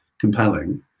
compelling